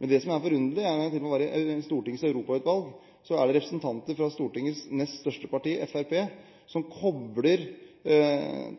Men det som er forunderlig, er at i Stortingets europautvalg er det representanter fra stortingets nest største parti, Fremskrittspartiet, som kobler